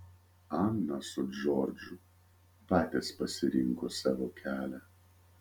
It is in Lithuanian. ana su džordžu patys pasirinko savo kelią